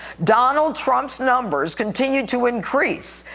donald trump's numbers continue to increase.